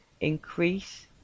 increase